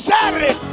Saturday